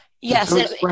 Yes